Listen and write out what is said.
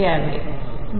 द्यावे